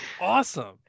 awesome